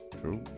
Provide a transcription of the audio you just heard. true